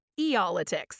Eolitics